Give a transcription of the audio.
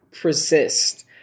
persist